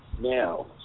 Now